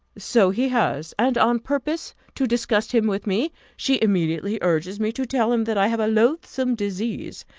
so he has and on purpose to disgust him with me, she immediately urges me to tell him that i have a loathsome disease,